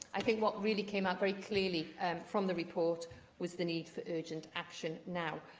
i think what really came out very clearly from the report was the need for urgent action now.